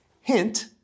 Hint